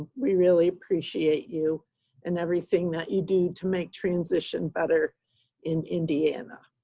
we really appreciate you and everything that you do to make transition better in indiana.